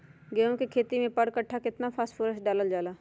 गेंहू के खेती में पर कट्ठा केतना फास्फोरस डाले जाला?